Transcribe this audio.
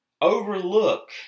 overlook